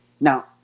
Now